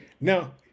now